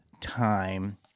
time